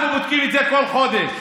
אנחנו בודקים את זה כל חודש.